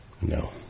No